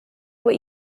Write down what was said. what